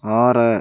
ആറ്